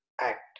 act